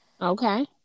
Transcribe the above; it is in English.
Okay